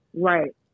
Right